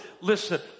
listen